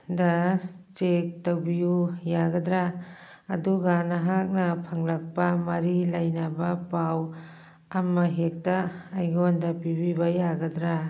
ꯗ check ꯇꯧꯕꯤꯌꯨ ꯌꯥꯒꯗ꯭ꯔꯥ ꯑꯗꯨꯒ ꯅꯍꯥꯛꯅ ꯐꯪꯂꯛꯄ ꯃꯔꯤ ꯂꯩꯅꯕ ꯄꯥꯎ ꯑꯃ ꯍꯦꯛꯇ ꯑꯩꯉꯣꯟꯗ ꯄꯤꯕꯤꯕ ꯌꯥꯒꯗ꯭ꯔꯥ